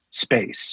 space